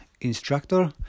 instructor